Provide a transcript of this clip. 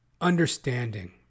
understanding